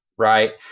right